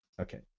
Okay